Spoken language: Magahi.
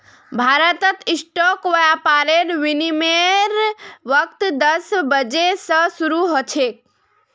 भारतत स्टॉक व्यापारेर विनियमेर वक़्त दस बजे स शरू ह छेक